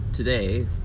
today